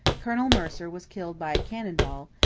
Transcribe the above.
colonel mercer was killed by a cannon ball,